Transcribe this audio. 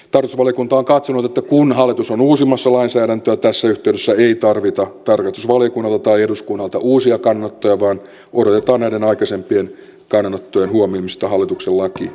tarkastusvaliokunta on katsonut että kun hallitus on uusimassa lainsäädäntöä tässä yhteydessä ei tarvita tarkastusvaliokunnalta tai eduskunnalta uusia kannanottoja vaan odotetaan näiden aikaisempien kannanottojen huomioimista hallituksen lakiehdotuksessa